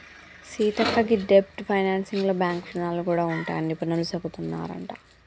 సీతక్క గీ డెబ్ట్ ఫైనాన్సింగ్ లో బాంక్ రుణాలు గూడా ఉంటాయని నిపుణులు సెబుతున్నారంట